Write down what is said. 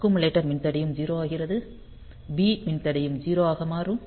accumulator மின்தடையம் 0 ஆகிறது B மின்தடையம் 0 ஆக மாறும்